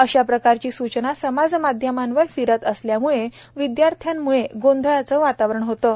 अशा प्रकारची सूचना समाजमाध्यमांवर फिरत असल्याम्ळे विदयार्थ्यांमध्ये गोंधळाचं वातावरण होतं